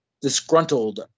disgruntled